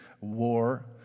war